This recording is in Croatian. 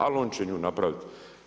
Ali, on će nju napraviti.